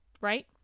right